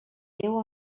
déu